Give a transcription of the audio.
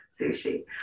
sushi